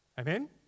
amen